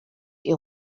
ihr